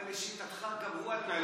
אבל לשיטתך גם הוא על תנאי,